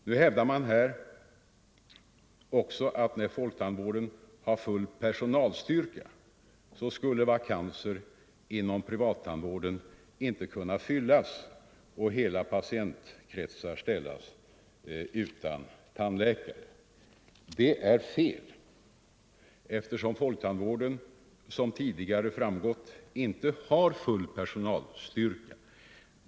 Nu hävdar man här att, också när folktandvården har full personalstyrka, vakanser inom privattandvården inte skulle kunna fyllas och att hela patientkretsar ställs utan tandläkare. Det är fel, eftersom folktandvården — såsom tidigare framgått — inte har full personalstyrka.